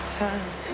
time